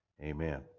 Amen